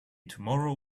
tomorrow